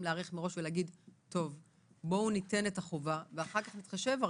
מראש להגיד: ניתן את החובה ואחר כך נתחשב?